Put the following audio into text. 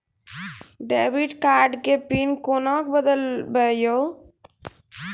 Debit card के PIN कोना के बदलबै यो?